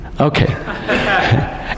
Okay